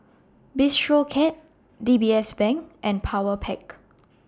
Bistro Cat D B S Bank and Powerpac